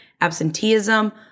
absenteeism